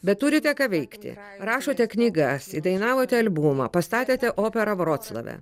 bet turite ką veikti rašote knygas įdainavote albumą pastatėte operą vroclave